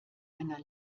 einer